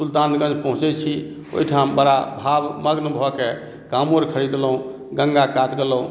सुल्तानगंज पहुँचै छी ओहिठाम बड़ा भाव मग्न भऽके काँवर खरीदलहुॅं गंगा कात गेलहुॅं